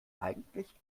eigentlich